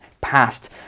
passed